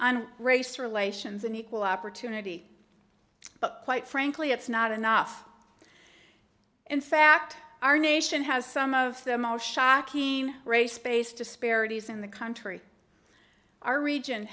on race relations and equal opportunity but quite frankly it's not enough in fact our nation has some of the most shocking race based disparities in the country our region